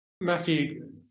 matthew